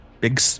big